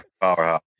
powerhouse